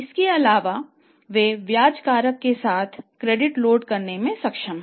इसके अलावा वे ब्याज कारक के साथ क्रेडिट लोड करने में सक्षम हैं